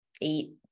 eight